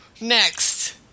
Next